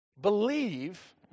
believe